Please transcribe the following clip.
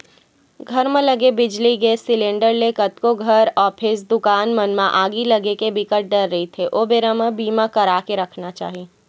घर म लगे बिजली, गेस सिलेंडर ले कतको घर, ऑफिस, दुकान मन म आगी लगे के बिकट डर रहिथे ओ बेरा बर बीमा करा के रखना चाही